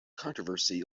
controversy